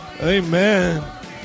Amen